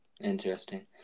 Interesting